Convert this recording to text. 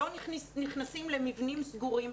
לא נכנסים למבנים סגורים,